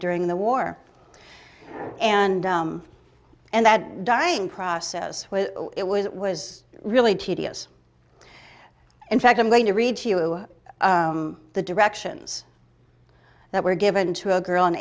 during the war and and that dying process it was it was really tedious in fact i'm going to read to you the directions that were given to a girl